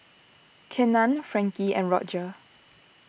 Kenan Frankie and Rodger